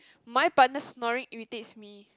my partner snoring irritates me